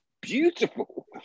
beautiful